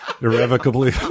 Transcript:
irrevocably